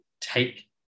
take